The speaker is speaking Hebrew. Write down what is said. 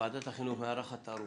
ועדת החינוך מארחת תערוכות.